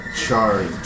charge